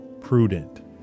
prudent